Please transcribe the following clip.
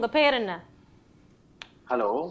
Hello